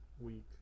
week